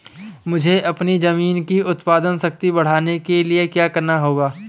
मुझे अपनी ज़मीन की उत्पादन शक्ति बढ़ाने के लिए क्या करना होगा?